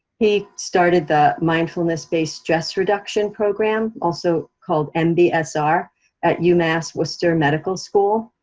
he started the mindfulness-based stress reduction program, also called mbsr at umass western medical school,